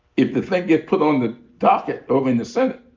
if the thing gets put on the docket over in the senate,